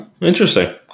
Interesting